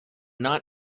not